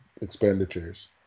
expenditures